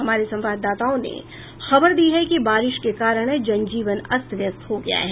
हमारे संवाददाताओं ने खबर दी है कि बारिश के कारण जनजीवन अस्त व्यस्त हो गया है